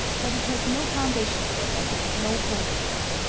but it has no foundation for them, no hold of them.